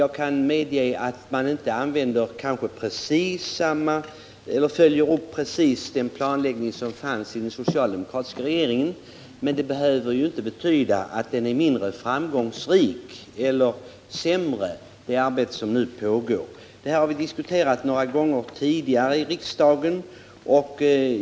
Jag kan medge att de borgerliga regeringarna inte precis har följt upp den socialdemokratiska regeringens politik. Men det behöver inte betyda att det arbete som nu pågår är sämre eller mindre framgångsrikt. Det här har vi diskuterat några gånger tidigare i riksdagen.